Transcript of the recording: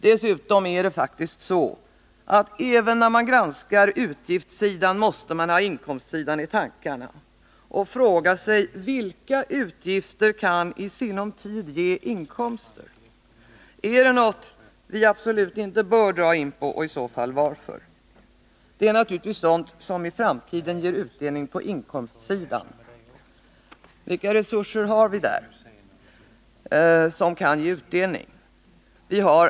Dessutom måste man faktiskt även om man granskar utgiftssidan ha inkomstsidan i tankarna. Man måste fråga sig: Vilka utgifter kan i sinom tid ge inkomster? Är det något vi absolut inte bör dra in på, och i så fall varför? Det är naturligtvis sådant som i framtiden ger utdelning på inkomstsidan. Vilka resurser har vi då som kan ge utdelning på inkomstsidan?